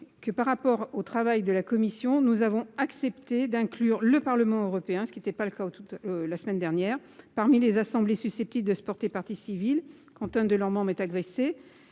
que par rapport au travail de la commission, nous avons accepté d'inclure le Parlement européen, ce qui n'était pas le cas où toute la semaine dernière, parmi les assemblées susceptibles de se porter partie civile Quentin de longuement mais agressé